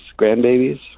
grandbabies